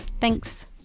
Thanks